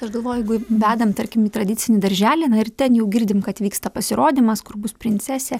aš galvoju jeigu vedam tarkim į tradicinį darželį na ir ten jau girdim kad vyksta pasirodymas kur bus princesė